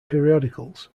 periodicals